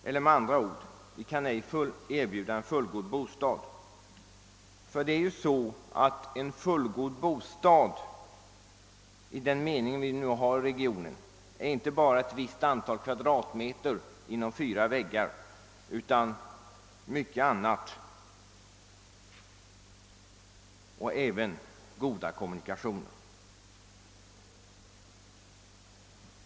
Vi kan med andra ord inte erbjuda människorna en fullgod bostad — och i detta uttryck lägger vi inte bara in att det skall finnas ett visst antal kvadratmeter inom fyra väggar utan också myc ket annat, däribland goda kommunikationer inom regionen.